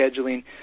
scheduling